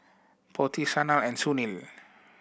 Potti Sanal and Sunil